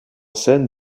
scène